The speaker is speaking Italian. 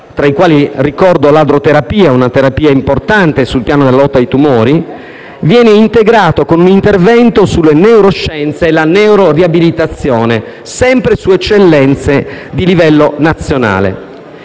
tra i quali ricordo l'adroterapia (una terapia importante sul piano della lotta ai tumori), viene previsto un intervento sulle neuroscienze e la neuroriabilitazione, sempre con il coinvolgimento di eccellenze di livello nazionale.